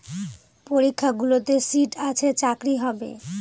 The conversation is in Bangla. পরীক্ষাগুলোতে সিট আছে চাকরি হবে